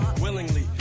willingly